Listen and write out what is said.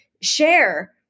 share